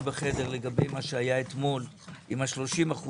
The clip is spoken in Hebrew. בחדר לגבי מה שהיה אתמול עם ה-30%,